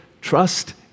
Trust